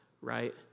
right